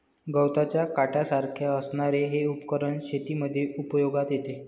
गवताच्या काट्यासारख्या असणारे हे उपकरण शेतीमध्ये उपयोगात येते